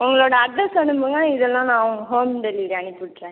உங்களோடய அட்ரெஸ் அனுப்புங்கள் இதெல்லாம் நான் உங்களுக்கு ஹோம் டெலிவரி அனுப்பிவிட்டுறேன்